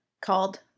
called